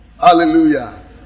Hallelujah